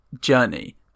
journey